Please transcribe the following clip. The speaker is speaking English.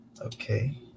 Okay